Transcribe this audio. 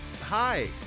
Hi